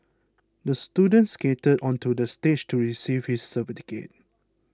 the student skated onto the stage to receive his certificate